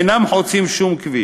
אינם חוצים שום כביש.